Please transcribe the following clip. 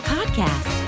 Podcast